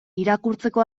irakurtzeko